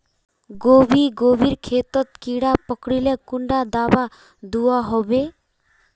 गोभी गोभिर खेतोत कीड़ा पकरिले कुंडा दाबा दुआहोबे?